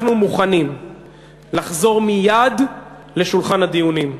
אנחנו מוכנים לחזור מייד לשולחן הדיונים.